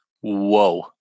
Whoa